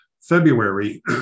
February